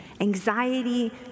anxiety